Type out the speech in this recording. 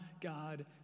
God